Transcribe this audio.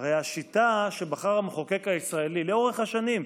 הרי השיטה שבחר המחוקק הישראלי לאורך השנים,